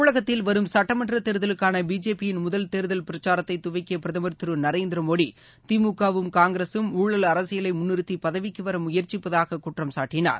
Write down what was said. தமிழகத்தில் வரும் சுட்டமன்ற தேர்தலுக்கான பிஜேபியின் முதல் தேர்தல் பிரச்சாரத்தை துவக்கிய பிரதமர் திரு நரேந்திர மோடி திமுகவும் காங்கிரசும் ஊழல் அரசியலை முன் நிறுத்தி பதவிக்கு வர முயற்சிப்பதாக குற்றம்சாட்டினார்